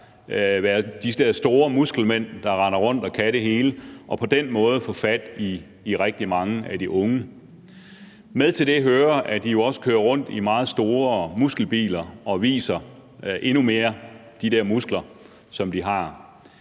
være de der store muskelmænd, der render rundt og kan det hele og på den måde få fat i rigtig mange af de unge. Med til det hører, at de jo også kører rundt i meget store muskelbiler og viser de der muskler, som de har,